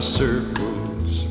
circles